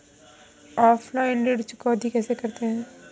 Offline ऋण चुकौती कैसे करते हैं?